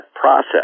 process